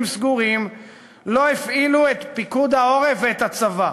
סגורים לא הפעילו את פיקוד העורף ואת הצבא.